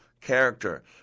character